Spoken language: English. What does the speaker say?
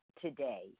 today